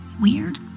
weird